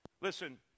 Listen